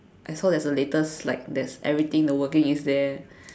I saw there is the latest like there's everything the working is there